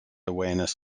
awareness